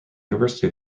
university